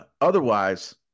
Otherwise